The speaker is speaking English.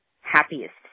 happiest